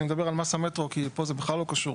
אני מדבר על מס המטרו, כי פה זה בכלל לא קשור.